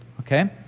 Okay